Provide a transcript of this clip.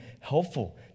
helpful